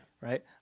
right